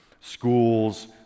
schools